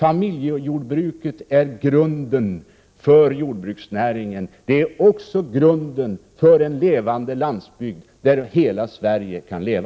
Familjejordbruket är grunden för jordbruksnäringen. Det är också grunden för en levande landsbygd, grunden för att hela Sverige kan leva.